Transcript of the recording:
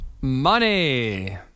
money